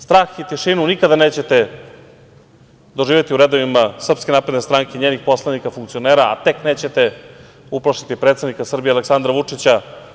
Strah i tišinu nikada nećete doživeti u redovima SNS i njenih poslanika, funkcionera, a tek nećete uplašiti predsednika Srbije Aleksandra Vučića.